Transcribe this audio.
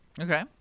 Okay